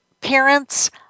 parents